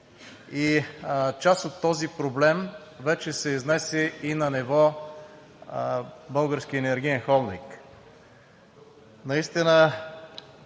и част от този проблем вече се изнесе на ниво „Български енергиен холдинг“.